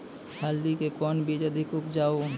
हल्दी के कौन बीज अधिक उपजाऊ?